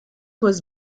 was